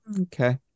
Okay